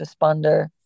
responder